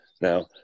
Now